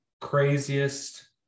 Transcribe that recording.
craziest